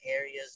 areas